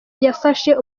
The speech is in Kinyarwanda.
yafashe